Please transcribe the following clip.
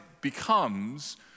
becomes